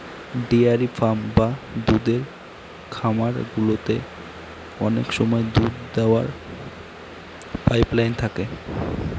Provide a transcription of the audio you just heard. dairy farm বা দুধের খামার গুলোতে অনেক সময় দুধ দোওয়ার পাইপ লাইন থাকে